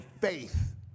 faith